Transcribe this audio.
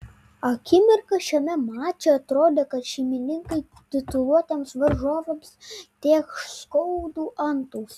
akimirką šiame mače atrodė kad šeimininkai tituluotiems varžovams tėkš skaudų antausį